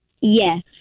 Yes